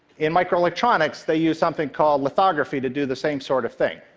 in microelectronics, they use something called lithography to do the same sort of thing,